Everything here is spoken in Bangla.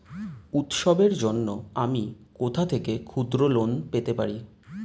উৎসবের জন্য আমি কোথা থেকে ক্ষুদ্র লোন পেতে পারি?